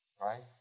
right